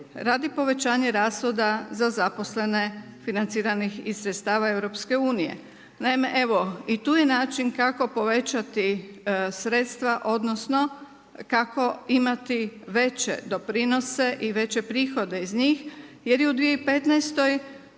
radi povećanja rashoda za zaposlene financiranih iz sredstva EU. Naime, evo i tu je način kako povećati sredstva odnosno kako imati veće doprinose i veće prihode iz njih jer je u 2015.